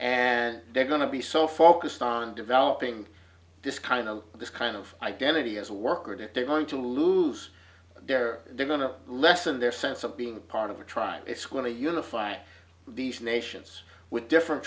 and they're going to be so focused on developing this kind of this kind of identity as a worker that they're going to lose their they're going to lessen their sense of being part of a tribe it's going to unify these nations with different